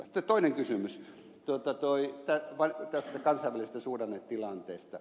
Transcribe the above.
sitten toinen kysymys tästä kansainvälisestä suhdannetilanteesta